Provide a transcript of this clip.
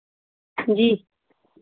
जी